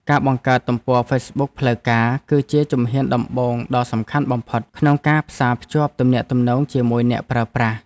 ការបង្កើតទំព័រហ្វេសប៊ុកផ្លូវការ គឺជាជំហានដំបូងដ៏សំខាន់បំផុតក្នុងការផ្សារភ្ជាប់ទំនាក់ទំនងជាមួយអ្នកប្រើប្រាស់។